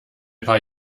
paar